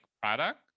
product